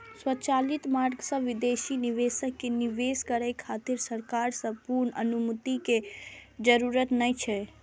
स्वचालित मार्ग सं विदेशी निवेशक कें निवेश करै खातिर सरकार सं पूर्व अनुमति के जरूरत नै छै